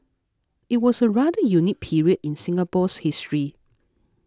it was a rather unique period in Singapore's history